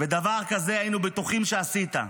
ודבר כזה היינו בטוחים שעשית.